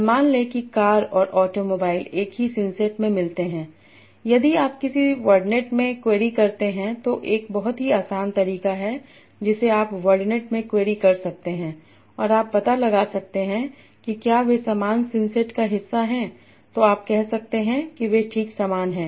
और मान लें कि कार और ऑटोमोबाइल एक ही सिंसेट में मिलते हैं यदि आप किसी वर्डनेट में क्वेरी करते हैं तो एक बहुत ही आसान तरीका है जिसे आप वर्डनेट में क्वेरी कर सकते हैं और आप पता लगा सकते हैं कि क्या वे समान सिंसेट का हिस्सा हैं तो आप कह सकते हैं कि वे ठीक समान हैं